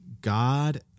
God